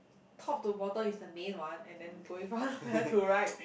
top to the bottle is the main one and then going far where to right